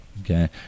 okay